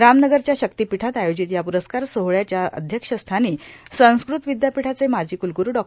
रामनगरच्या शक्तीपीठात आयोजित या प्रस्कार सोहळ्याच्या अध्यक्षस्थानी संस्कृत ावद्यापीठाचे माजी कुलगुरू डॉ